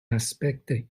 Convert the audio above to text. aspecte